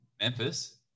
Memphis